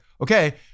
okay